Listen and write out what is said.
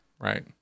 Right